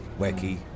wacky